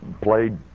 Played